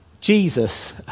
Jesus